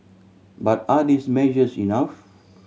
but are these measures enough